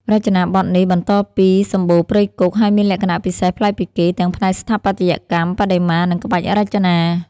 រចនាបថនេះបន្តពីសម្បូណ៍ព្រៃគុក ហើយមានលក្ខណៈពិសេសប្លែកពីគេ ទាំងផ្នែកស្ថាបត្យកម្ម បដិមា និងក្បាច់រចនា។